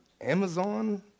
Amazon